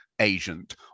agent